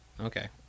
Okay